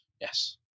Yes